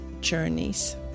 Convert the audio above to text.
journeys